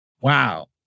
Wow